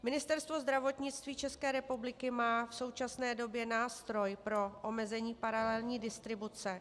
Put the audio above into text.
Ministerstvo zdravotnictví České republiky má v současné době nástroj pro omezení paralelní distribuce.